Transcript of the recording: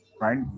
Right